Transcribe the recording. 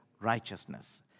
righteousness